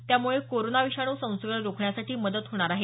त्यामुळे कोरोना विषाणू संसर्ग रोखण्यासाठी मदत होणार आहे